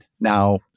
Now